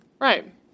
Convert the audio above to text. Right